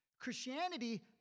Christianity